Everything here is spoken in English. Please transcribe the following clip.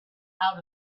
out